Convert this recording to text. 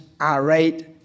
irate